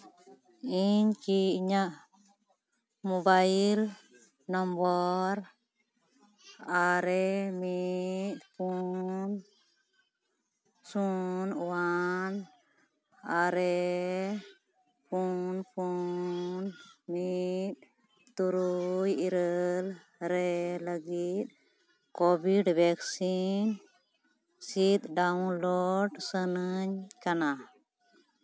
ᱤᱧ ᱠᱤ ᱤᱧᱟᱹᱜ ᱢᱳᱵᱟᱭᱤᱞ ᱱᱚᱢᱵᱚᱨ ᱟᱨᱮ ᱢᱤᱫ ᱯᱩᱱ ᱥᱩᱱ ᱚᱣᱟᱱ ᱟᱨᱮ ᱯᱩᱱ ᱯᱩᱱ ᱢᱤᱫ ᱛᱩᱨᱩᱭ ᱤᱨᱟᱹᱞ ᱨᱮ ᱞᱟᱹᱜᱤᱫ ᱠᱳᱵᱷᱤᱰ ᱵᱷᱮᱠᱥᱤᱱ ᱥᱤᱫᱽ ᱰᱟᱣᱩᱱᱞᱳᱰ ᱥᱟᱱᱟᱧ ᱠᱟᱱᱟ